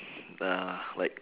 uh like